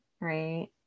right